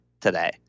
today